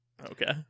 Okay